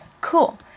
Cool